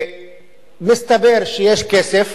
מסתבר שיש כסף,